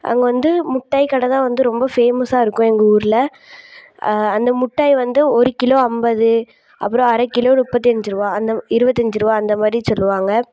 அங்கே வந்து மி ட்டாய் கடை தான் வந்து ரொம்ப ஃபேமஸ்ஸாக இருக்கும் எங்கள் ஊரில் அந்த மிட்டாய் வந்து ஒரு கிலோ ஐம்பது அப்புறம் அரைக்கிலோ முப்பத்தஞ்சிருபா அந்த ம இருபத்தஞ்சிருபா அந்த மாதிரி சொல்லுவாங்க